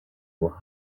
would